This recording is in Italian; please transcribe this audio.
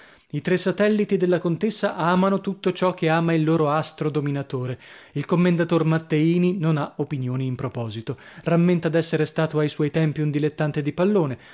i tre satelliti della contessa amano tutto ciò che ama il loro astro dominatore il commendator matteini non ha opinioni in proposito rammenta d'essere stato ai suoi tempi un dilettante di pallone